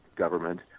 government